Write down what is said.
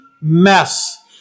mess